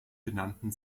benannten